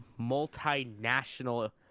multinational